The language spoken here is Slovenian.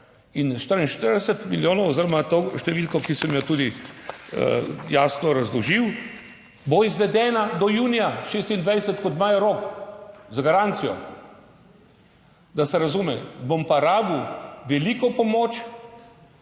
in 44 milijonov oziroma to številko, ki sem jo tudi jasno razložil, bo izvedena do junija 2026, kot imajo rok, z garancijo, da se razume. Bom pa rabil veliko pomoč.